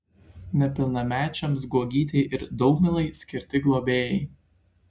nepilnamečiams guogytei ir daumilai skirti globėjai